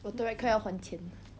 rotaract club 要还钱